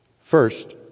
First